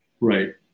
Right